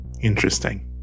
interesting